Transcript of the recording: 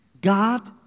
God